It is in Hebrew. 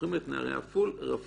זוכרים את נערי רפול?